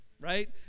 right